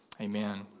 Amen